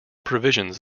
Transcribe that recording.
provisions